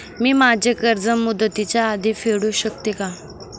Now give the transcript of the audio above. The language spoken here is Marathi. मी माझे कर्ज मुदतीच्या आधी फेडू शकते का?